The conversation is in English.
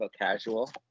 casual